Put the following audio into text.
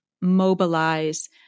mobilize